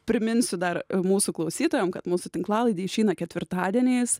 priminsiu dar mūsų klausytojam kad mūsų tinklalaidė išeina ketvirtadieniais